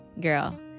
girl